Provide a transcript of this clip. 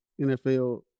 NFL